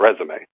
resume